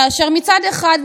כאשר מצד אחד,